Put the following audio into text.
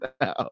now